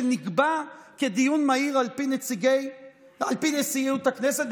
שנקבע כדיון מהיר על פי נשיאות הכנסת,